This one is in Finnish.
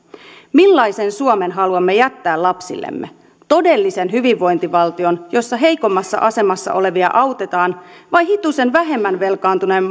millaisen suomen haluamme jättää lapsillemme todellisen hyvinvointivaltion jossa heikommassa asemassa olevia autetaan vai hitusen vähemmän velkaantuneen